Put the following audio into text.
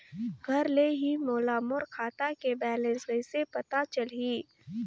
घर ले ही मोला मोर खाता के बैलेंस कइसे पता चलही?